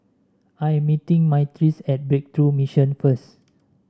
I am meeting Myrtice at Breakthrough Mission first